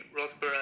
Rosborough